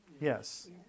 Yes